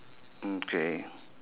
okay